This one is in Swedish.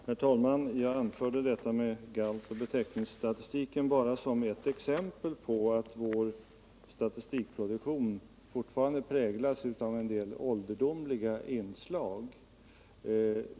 Herr talman! Jag anförde detta med galtoch betäckningsstatistiken bara som ett exempel på att vår statistikproduktion fortfarande präglas av en del ålderdomliga inslag.